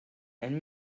and